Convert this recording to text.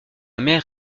mer